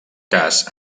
cas